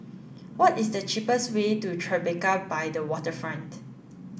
what is the cheapest way to Tribeca by the Waterfront